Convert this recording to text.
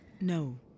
No